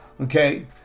Okay